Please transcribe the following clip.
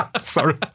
Sorry